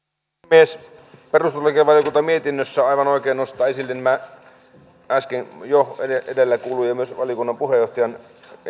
arvoisa rouva puhemies perustuslakivaliokunta mietinnössään aivan oikein nostaa esille nämä äsken jo edellä kuullut ja myös valiokunnan puheenjohtajan